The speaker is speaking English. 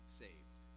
saved